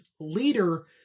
leader